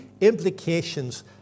implications